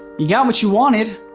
you got what you wanted.